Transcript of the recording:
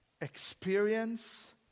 experience